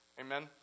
Amen